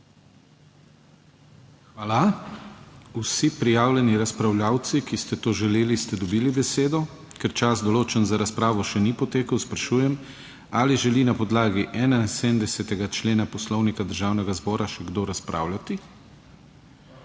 Hvala. Vsi prijavljeni razpravljavci, ki ste to želeli, ste dobili besedo. Ker čas, določen za razpravo, še ni potekel, sprašujem, ali želi na podlagi 71. člena Poslovnika Državnega zbora še kdo razpravljati.